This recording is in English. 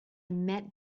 met